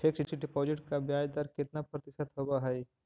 Fix deposit का ब्याज दर कितना प्रतिशत होब है?